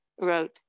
wrote